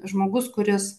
žmogus kuris